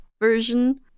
version